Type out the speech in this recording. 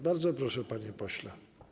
Bardzo proszę, panie pośle.